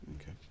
Okay